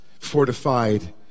fortified